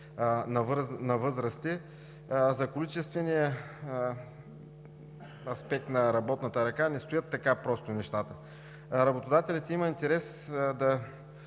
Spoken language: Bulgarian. на възрастни, за качествения аспект на работна ръка не стоят така просто нещата. Работодателите имат интерес да